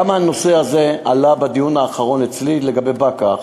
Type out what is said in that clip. גם הנושא הזה עלה בדיון האחרון אצלי לגבי באקה,